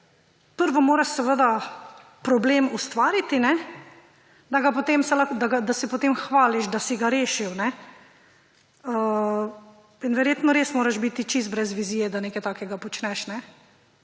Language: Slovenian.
Prvo moraš seveda problem ustvariti, da se potem hvališ, da si ga rešil. In verjetno res moraš biti čisto brez vizije, da nekaj takega počneš.